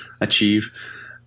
achieve